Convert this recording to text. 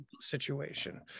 situation